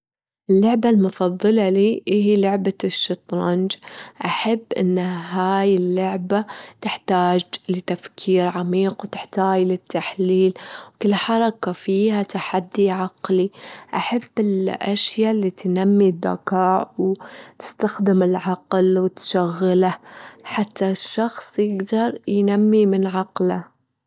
اللعبة المفضلة لي، إهي لعبة الشطرنج، أحب إن هاي اللعبة تحتاج لتفكير عميق، وتحتاي للتحليل وكل حركة فيها تحدي عقلي، أحب الأشيا اللي تنمي الذكاء وتستخدم العقل وتشغله، حتى الشخص يجدر ينمي من عقله.